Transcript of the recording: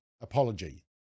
apology